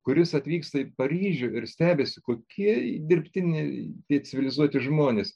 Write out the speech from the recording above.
kuris atvyksta į paryžių ir stebisi kokie dirbtiniai civilizuoti žmonės